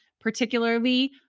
particularly